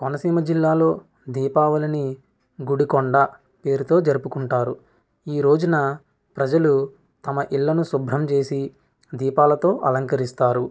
కోనసీమ జిల్లాలో దీపావళిని గుడికొండ పేరుతో జరుపుకుంటారు ఈ రోజున ప్రజలు తమ ఇళ్ళను శుభ్రం చేసి దీపాలతో అలంకరిస్తారు